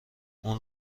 اون